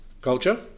culture